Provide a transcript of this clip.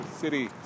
City